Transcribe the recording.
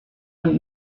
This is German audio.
und